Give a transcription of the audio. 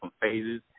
phases